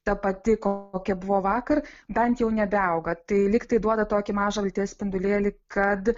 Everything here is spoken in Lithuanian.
ta pati kokia buvo vakar bent jau nebeauga tai lyg tai duoda tokį mažą vilties spindulėlį kad